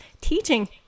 teaching